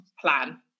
plan